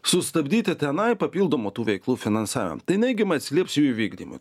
sustabdyti tenai papildomą tų veiklų finansavimą tai neigiamai atsilieps jųjų vykdymui